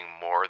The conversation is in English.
more